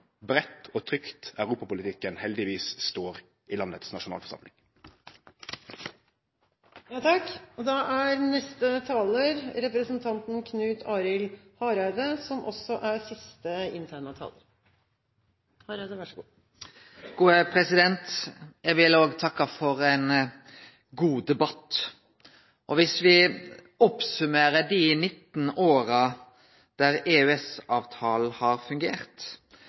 breitt og trygt europapolitikken heldigvis står i landets nasjonalforsamling. Eg vil òg takke for ein god debatt. Dersom me oppsummerer dei 19 åra der EØS-avtalen har fungert,